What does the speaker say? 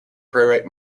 playwright